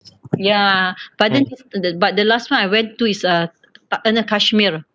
ya but then but the last one I went to is uh kashmir